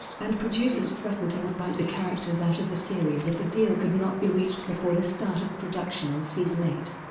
and producers threatened to write the characters out of the series if a deal could not be reached before the start of production on season eight.